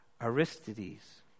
Aristides